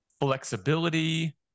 flexibility